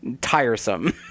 tiresome